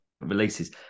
releases